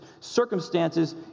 circumstances